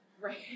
Right